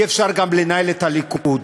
אי-אפשר גם לנהל את הליכוד.